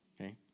okay